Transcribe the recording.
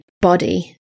body